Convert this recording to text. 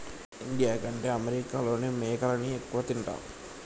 India కంటే అమెరికాలోనే మేకలని ఎక్కువ తింటారు